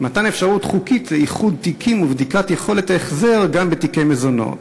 מתן אפשרות חוקית לאיחוד תיקים ובדיקת יכולת ההחזר גם בתיקי מזונות?